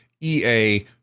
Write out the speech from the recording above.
EA